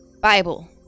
Bible